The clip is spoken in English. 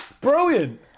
Brilliant